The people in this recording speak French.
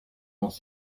noms